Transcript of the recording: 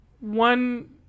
one